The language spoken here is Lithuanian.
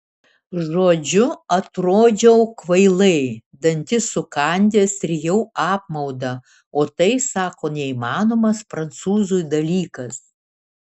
žodžiu atrodžiau kvailai dantis sukandęs rijau apmaudą o tai sako neįmanomas prancūzui dalykas